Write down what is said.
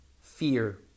fear